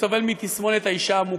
סובל מתסמונת האישה המוכה: